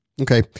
Okay